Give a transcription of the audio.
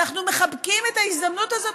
אנחנו מחבקים את ההזדמנות הזאת,